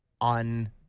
on